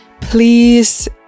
please